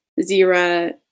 Zira